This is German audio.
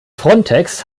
frontex